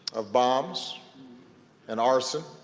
of bombs and arson